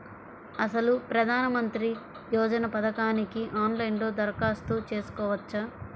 అసలు ప్రధాన మంత్రి యోజన పథకానికి ఆన్లైన్లో దరఖాస్తు చేసుకోవచ్చా?